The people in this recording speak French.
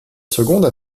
seconde